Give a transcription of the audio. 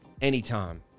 anytime